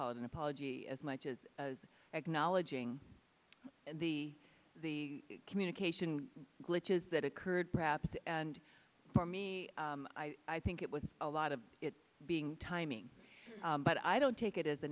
call it an apology as much acknowledging the the communication glitches that occurred perhaps and for me i think it was a lot of it being timing but i don't take it as a